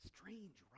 Strange